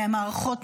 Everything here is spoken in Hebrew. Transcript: מהמערכות,